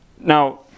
Now